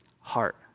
heart